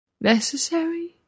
Necessary